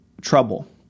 trouble